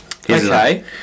Okay